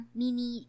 mini